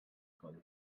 codi